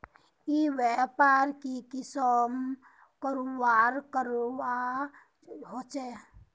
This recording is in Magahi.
ई व्यापार की कुंसम करवार करवा होचे?